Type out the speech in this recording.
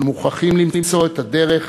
אנחנו מוכרחים למצוא את הדרך,